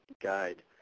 guide